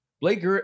Blake